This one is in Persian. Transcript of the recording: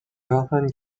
راهن